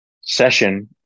session